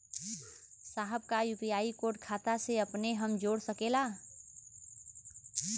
साहब का UPI code खाता से अपने हम जोड़ सकेला?